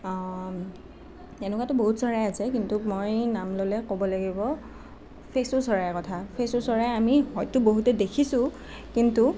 এনেকুৱাতো বহুত চৰাই আছে কিন্তু মই নাম ললে ক'ব লাগিব ফেচু চৰাইৰ কথা ফেচু চৰাই আমি হয়তো বহুতেই দেখিছোঁ কিন্তু